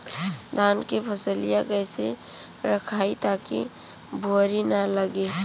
धान क फसलिया कईसे रखाई ताकि भुवरी न लगे?